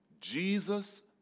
Jesus